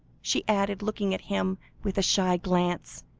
she added, looking at him with a shy glance,